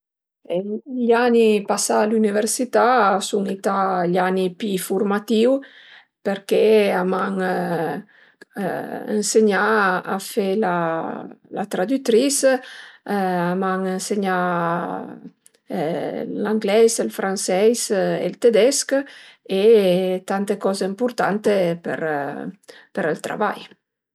Gl'ani pasà a l'üniversità a sun ita gl'ani pi furmatìu përché a m'an ënsegnà a fe la tradütris, a m'an ënsegnà l'angleis, ël franseis e ël tedesch e tante coze ëmpurtante për ël travai